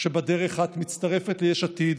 כשבדרך את מצטרפת ליש עתיד,